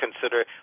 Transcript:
consider